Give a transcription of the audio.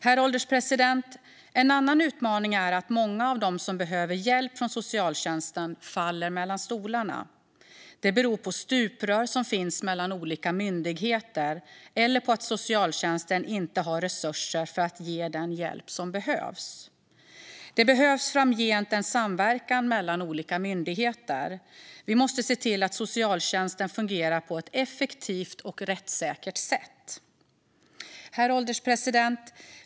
Herr ålderspresident! En annan utmaning är att många av dem som behöver hjälp från socialtjänsten faller mellan stolarna. Det beror på stuprör som finns mellan olika myndigheter eller på att socialtjänsten inte har resurser för att ge den hjälp som behövs. Det behövs framgent en samverkan mellan olika myndigheter. Vi måste se till att socialtjänsten fungerar på ett effektivt och rättssäkert sätt. Herr ålderspresident!